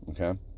okay